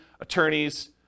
attorneys